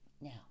now